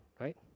right